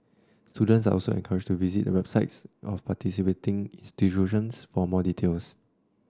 students are also encouraged to visit the websites of participating institutions for more details